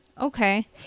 Okay